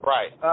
Right